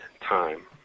time